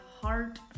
heart